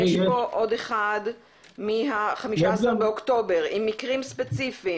יש פה עוד אחד מ-15 באוקטובר עם מקרים ספציפיים.